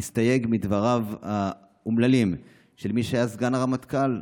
להסתייג מדבריו האומללים של מי שהיה סגן הרמטכ"ל,